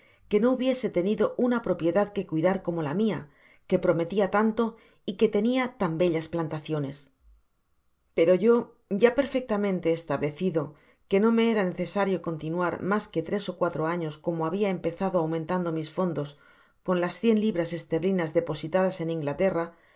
que no hubiese tenido una propiedad que cuidar como la mia que prometia tanto y que tenia tan bellas plantaciones pere yo ya perfectamente establecido que no me era necesario con tinuar mas que tres ó cuatro años como habia empezado aumentando mis fondos con las cien libras esterlinas depositadas en inglaterra